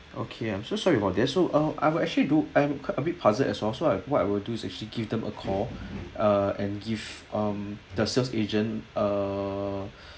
okay I'm so sorry about that so ah I will actually do I am quite a bit puzzled as well so I what I will do is actually give them a call ah and give um the sales agent uh